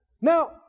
Now